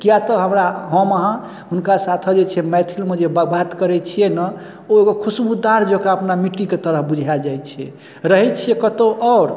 किएक तऽ हमरा हम अहाँ हुनका साथे जे छै मैथिलीमे जे बात करै छिए ने ओ एगो खुशबूदार जकाँ अपना मिट्टीके तरह बुझाए जाइ छै रहै छिए कतहु आओर